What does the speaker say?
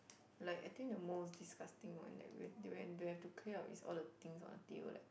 like I think the most disgusting one that we'll they will they'll have to clear up is all the things on our table like